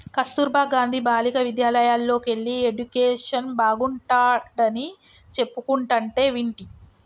కస్తుర్బా గాంధీ బాలికా విద్యాలయల్లోకెల్లి ఎడ్యుకేషన్ బాగుంటాడని చెప్పుకుంటంటే వింటి